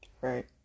right